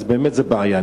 אז באמת זה בעיה.